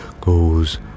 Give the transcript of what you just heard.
goes